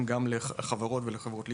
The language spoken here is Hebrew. בסיטונות גם לחברות ולחברות הליסינג.